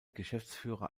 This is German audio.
geschäftsführer